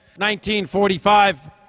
1945